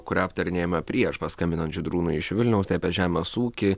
kurią aptarinėjome prieš paskambinant žydrūnui iš vilniaus apie žemės ūkį